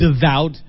devout